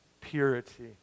Purity